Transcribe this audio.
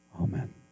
Amen